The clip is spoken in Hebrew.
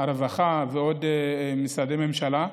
הרווחה ועוד משרדי ממשלה.